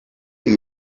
pay